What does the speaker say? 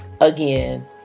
again